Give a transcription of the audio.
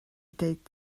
dweud